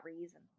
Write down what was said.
reason